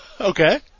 Okay